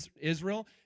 Israel